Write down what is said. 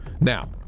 Now